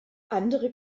andere